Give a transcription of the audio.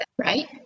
right